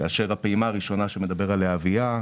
כאשר הפעימה הראשונה שמדבר עליה אביה,